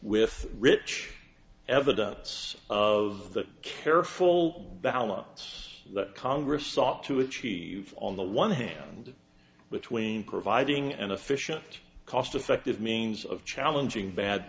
with rich evidence of the careful balance that congress sought to achieve on the one hand between providing an efficient cost effective means of challenging bad